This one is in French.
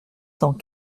cent